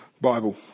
Bible